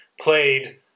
played